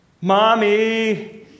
Mommy